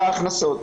בהכנסות.